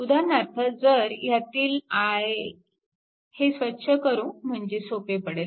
उदाहरणार्थ जर ह्यातील करंट i हे स्वच्छ करू म्हणजे सोपे पडेल